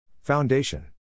Foundation